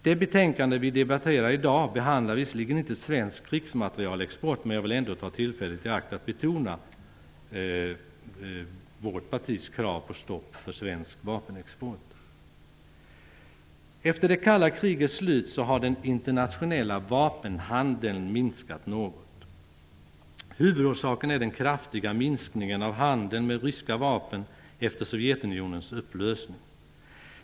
Det betänkande vi debatterar i dag behandlar visserligen inte svensk krigsmaterielexport, men jag vill ändå ta tillfället i akt att betona vårt partis krav på stopp för svensk vapenexport. Efter det kalla krigets slut har den internationella vapenhandeln minskat något. Huvudorsaken är den kraftiga minskningen av handeln med ryska vapen efter Sovjetunionens upplösning.